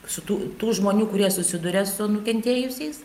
su tų tų žmonių kurie susiduria su nukentėjusiais